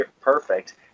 perfect